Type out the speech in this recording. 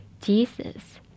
Jesus